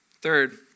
Third